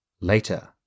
Later